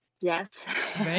Yes